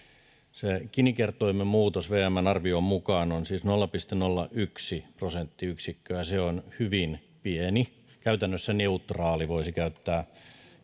se gini kertoimen muutos vmn arvion mukaan on siis nolla pilkku nolla yksi prosenttiyksikköä se on hyvin pieni käytännössä neutraali voisi käyttää